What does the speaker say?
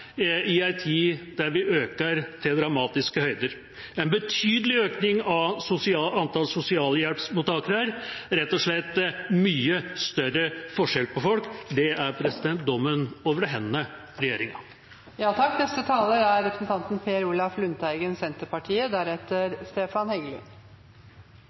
i en tid der den økte til dramatiske høyder, med en betydelig økning i antall sosialhjelpsmottakere – rett og slett mye større forskjell på folk. Det er dommen over denne regjeringa. Det er dessverre ingen oversiktlig innstilling det vi nå drøfter. Den er